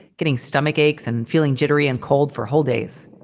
getting stomach aches and feeling jittery and cold for whole days,